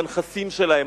בנכסים שלהם.